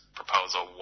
proposal